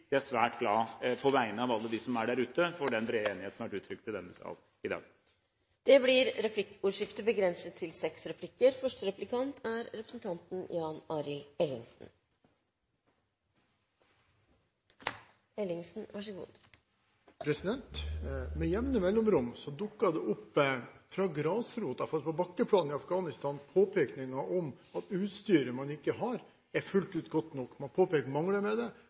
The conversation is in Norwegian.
er svært glad på vegne av alle dem som er der ute, for den brede enighet som har vært uttrykt i denne sal i dag. Det blir replikkordskifte. Med jevne mellomrom dukker det opp fra grasrota, fra bakkeplan i Afghanistan, påpekninger av at utstyret man har, ikke fullt ut er godt nok. Man påpeker mangler ved det,